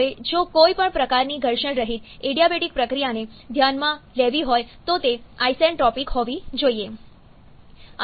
હવે જો કોઈ પણ પ્રકારની ઘર્ષણ રહિત એડીયાબેટિક પ્રક્રિયાને ધ્યાનમાં લેવી હોય તો તે આઈસેન્ટ્રોપિક હોવી જોઈએ